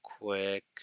quick